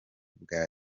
bwa